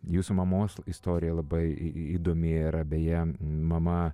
jūsų mamos istorija labai įdomi yra beje mama